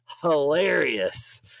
hilarious